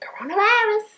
Coronavirus